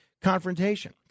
confrontation